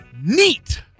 NEAT